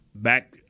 Back